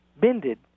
bended